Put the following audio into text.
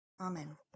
Amen